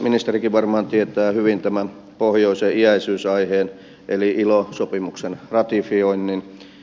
ministerikin varmaan tietää hyvin tämän pohjoisen iäisyysaiheen eli ilo sopimuksen ratifioinnin